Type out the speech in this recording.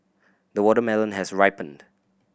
the watermelon has ripened